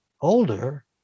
older